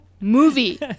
movie